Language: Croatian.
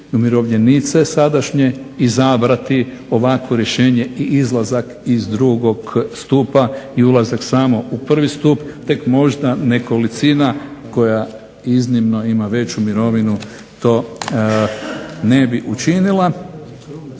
umirovljenice sadašnje izabrati ovakvo rješenje i izlazak iz drugog stupa i ulazak samo u prvi stup. Tek možda nekolicina koja iznimno ima veću mirovinu to ne bi učinila.